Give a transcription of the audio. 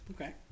Okay